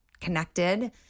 connected